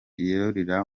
yurira